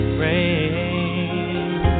rain